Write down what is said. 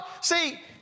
See